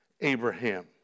Abraham